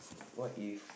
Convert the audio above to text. what if